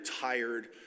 tired